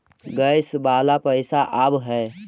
Gas वाला पैसा आव है?